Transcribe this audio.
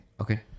Okay